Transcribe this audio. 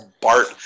Bart